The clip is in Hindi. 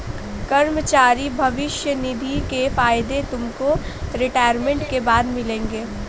कर्मचारी भविष्य निधि के फायदे तुमको रिटायरमेंट के बाद मिलेंगे